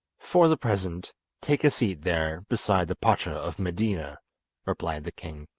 for the present take a seat there beside the pacha of medina replied the king.